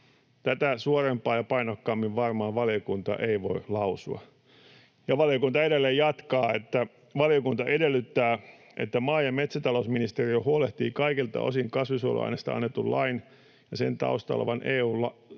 Tätä suorempaan ja painokkaammin varmaan valiokunta ei voi lausua. Valiokunta edelleen jatkaa: ”Valiokunta edellyttää, että maa‑ ja metsätalousministeriö huolehtii kaikilta osin kasvinsuojeluaineista annetun lain ja sen taustalla olevan EU-lainsäädännön